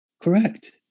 Correct